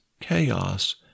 chaos